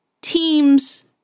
teams